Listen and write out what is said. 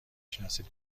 شناسید